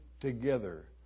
together